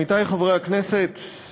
עמיתי חברי הכנסת,